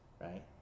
right